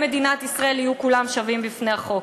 ישראל יהיו כולם שווים בפני החוק.